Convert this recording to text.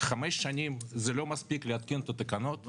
חמש שנים זה לא די זמן להתקין את התקנות?